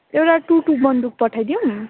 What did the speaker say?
एउटा टु टु बन्दुक पठाइदिउँ